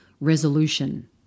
resolution